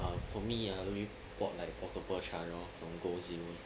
um for me ah I only bought like portal charger lor from sim lim